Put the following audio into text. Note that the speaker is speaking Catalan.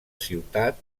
ciutat